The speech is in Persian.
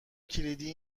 کلیدی